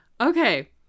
Okay